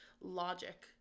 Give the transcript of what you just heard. logic